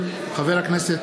מאת חברי הכנסת